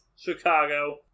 Chicago